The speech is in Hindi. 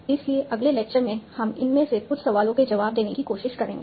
इसलिए अगले लेक्चर में हम इनमें से कुछ सवालों के जवाब देने की कोशिश करेंगे